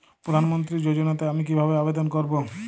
প্রধান মন্ত্রী যোজনাতে আমি কিভাবে আবেদন করবো?